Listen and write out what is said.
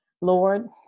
Lord